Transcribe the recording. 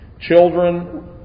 Children